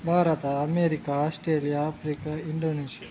Bharat America Australia Africa Indonesia